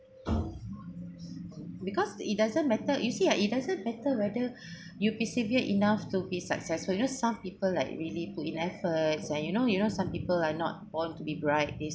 because the it doesn't matter you see uh it doesn't matter whether you persevere enough to be successful you know some people like really put in effort uh you know you know some people are not born to be bright they